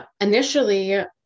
initially